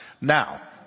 Now